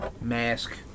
mask